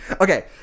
Okay